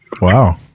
Wow